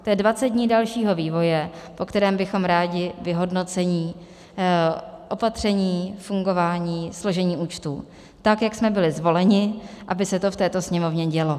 To je 20 dní dalšího vývoje, o kterém bychom rádi vyhodnocení opatření, fungování, složení účtů, tak jak jsme byli zvoleni, aby se to v této Sněmovně dělo.